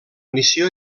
missió